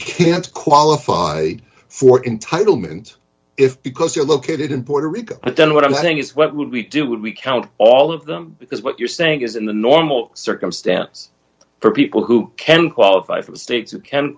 can't qualify for in title mint if because you're located in puerto rico then what i'm saying is what would we do would we count all of them because what you're saying is in the normal circumstance for people who can qualify for states who can't